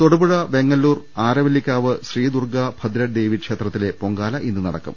തൊടുപുഴ വെങ്ങല്ലൂർ ആരവല്ലിക്കാവ് ശ്രീദുർഗാ ഭദ്രദേവി ക്ഷേത്ര ത്തിലെ പൊങ്കാല ഇന്ന് നടക്കും